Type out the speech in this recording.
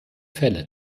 fälle